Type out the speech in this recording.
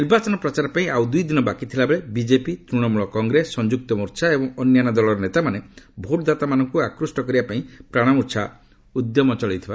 ନିର୍ବାଚନ ପ୍ରଚାର ପାଇଁ ଆଉ ଦୁଇ ଦିନ ବାକିଥିବା ବେଳେ ବିଜେପି ତ୍ତ୍ଣମ୍ବଳ କଂଗ୍ରେସ ସଂଯୁକ୍ତ ମୋର୍ଚ୍ଚା ଏବଂ ଅନ୍ୟାନ୍ୟ ଦଳର ନେତାମାନେ ଭୋଟଦାତାମାନଙ୍କୁ ଆକୁଷ୍ଟ କରିବା ପାଇଁ ପ୍ରାଣମୂର୍ଚ୍ଛା ଉଦ୍ୟମ ଚଳାଇଛନ୍ତି